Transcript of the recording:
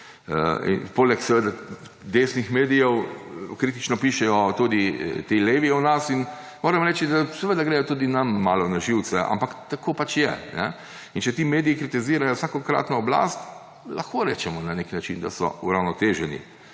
Poleg seveda desnih medijev kritično pišejo tudi ti levi o nas in moram reči, da seveda gredo tudi nam malo na živce, ampak tako pač je. In če ti mediji kritizirajo vsakokratno oblast, lahko rečemo na nek način, da so uravnoteženi.